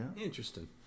Interesting